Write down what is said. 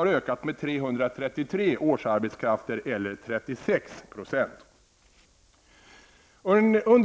Under